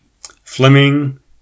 Fleming